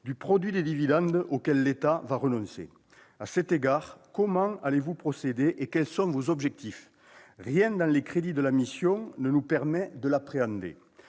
du produit des dividendes auxquels l'État va renoncer. À cet égard, comment comptez-vous procéder et quels sont vos objectifs ? Rien dans les crédits de la mission ne nous permet de l'appréhender.